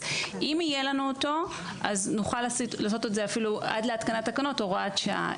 אז אם יהיה לנו אותו נוכל לעשות את זה אפילו עד להתקנת תקנות הוראת שעה.